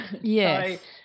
yes